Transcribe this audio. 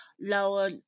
lower